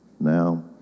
Now